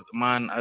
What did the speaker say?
man